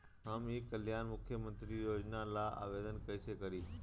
हम ई कल्याण मुख्य्मंत्री योजना ला आवेदन कईसे करी?